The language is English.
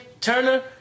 Turner